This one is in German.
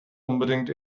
unbedingt